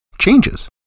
changes